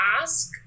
ask